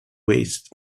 waste